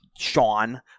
Sean